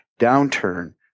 downturn